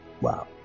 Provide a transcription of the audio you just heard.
Wow